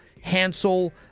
Hansel